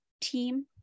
team